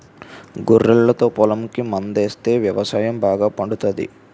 గొర్రెలతో పొలంకి మందాస్తే వ్యవసాయం బాగా పండుతాది